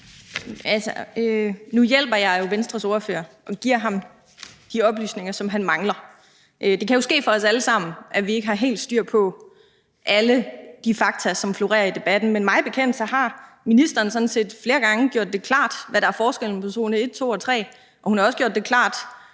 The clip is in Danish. hjælper jeg jo Venstres ordfører og giver ham de oplysninger, som han mangler. Det kan jo ske for os alle sammen, at vi ikke har helt styr på alle de fakta, som florerer i debatten, men mig bekendt har ministeren sådan set flere gange gjort det klart, hvad der er forskellen på zone 1, 2 og 3, og hun har også gjort det klart,